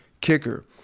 kicker